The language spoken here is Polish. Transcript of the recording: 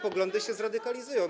poglądy się zradykalizują.